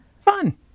Fun